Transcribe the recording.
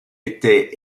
étaient